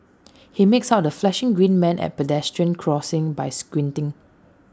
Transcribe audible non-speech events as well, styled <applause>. <noise> he makes out the flashing green man at pedestrian crossings by squinting